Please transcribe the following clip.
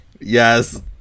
Yes